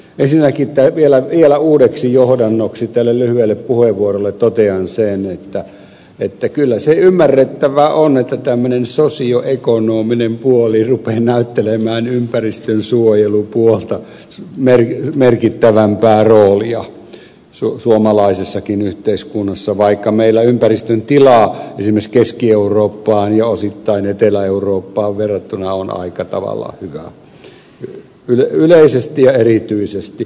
ensinnäkin vielä uudeksi johdannoksi tälle lyhyelle puheenvuorolle totean sen että kyllä se ymmärrettävää on että tämmöinen sosioekonominen puoli rupeaa näyttelemään ympäristönsuojelupuolta merkittävämpää roolia suomalaisessakin yhteiskunnassa vaikka meillä ympäristön tila esimerkiksi keski eurooppaan ja osittain etelä eurooppaan verrattuna on aika tavalla hyvä yleisesti ja erityisesti